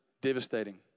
devastating